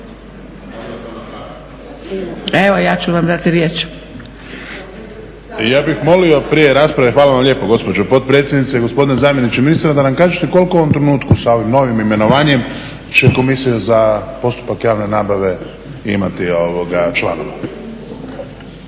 Evo ja ću vam dati riječ. **Šuker, Ivan (HDZ)** Hvala vam lijepo gospođo potpredsjednice. Ja bih molio gospodine zamjeniče ministra da nam kažete koliko u ovom trenutku sa ovim novim imenovanjem će komisija za postupak javne nabave imati članova.